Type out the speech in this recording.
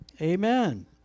Amen